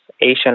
Asian